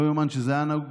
לא יאומן שזה היה נהוג,